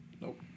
Nope